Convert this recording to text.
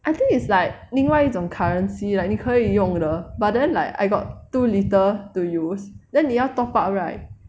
I think it's like 另外一种 currency like 你可以用的 but then like I got two little to use then 你要 top up right